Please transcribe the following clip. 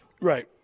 Right